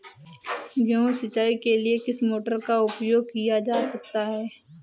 गेहूँ सिंचाई के लिए किस मोटर का उपयोग किया जा सकता है?